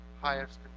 highest